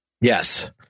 Yes